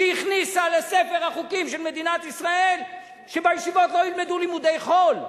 היא הכניסה לספר החוקים של מדינת ישראל שבישיבות לא ילמדו לימודי חול,